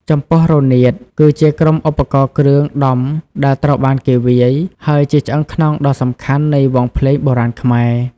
ចំពោះរនាត គឺជាក្រុមឧបករណ៍គ្រឿងដំដែលត្រូវបានគេវាយ ហើយជាឆ្អឹងខ្នងដ៏សំខាន់នៃវង់ភ្លេងបុរាណខ្មែរ។